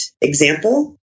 example